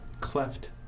cleft